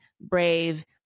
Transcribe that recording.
brave